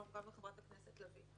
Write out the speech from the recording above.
גם לחברת הכנסת לביא,